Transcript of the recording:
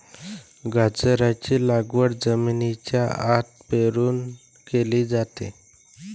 गाजराची लागवड जमिनीच्या आत पेरून केली जाते